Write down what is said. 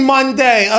Monday